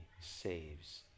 saves